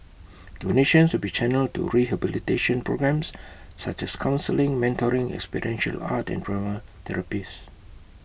donations will be channelled to rehabilitation programmes such as counselling mentoring ex potential art and drama therapies